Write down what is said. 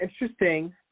interesting